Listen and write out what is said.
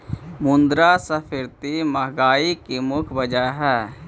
मुद्रास्फीति महंगाई की मुख्य वजह हई